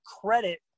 credit